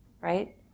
right